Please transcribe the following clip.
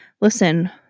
listen